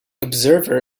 observer